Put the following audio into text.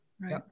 Right